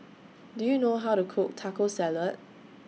Do YOU know How to Cook Taco Salad